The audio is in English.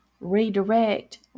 redirect